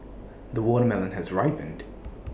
the watermelon has ripened